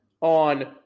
on